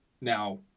Now